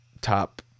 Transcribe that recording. top